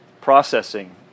processing